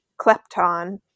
Klepton